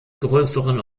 größeren